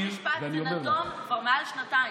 עוד משפט, מכיר,